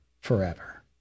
forever